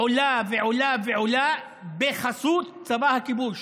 עולים ועולים ועולים בחסות צבא הכיבוש.